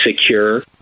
secure